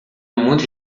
muito